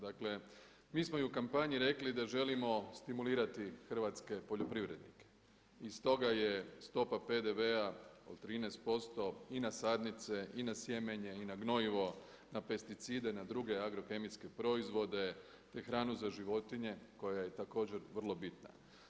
Dakle, mi smo i u kampanji rekli da želimo stimulirati hrvatske poljoprivrednike i stoga je stopa PDV-a od 13% i na sadnice, i na sjemenje, i na gnojivo, na pesticide i na druge agrokemijske proizvode, te hranu za životinje koja je također vrlo bitna.